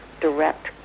direct